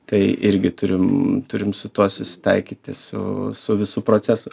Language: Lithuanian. tai irgi turim turim su tuo susitaikyti su su visu procesu